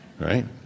right